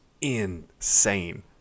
insane